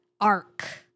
arc